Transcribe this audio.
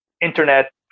internet